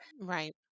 Right